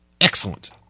Excellent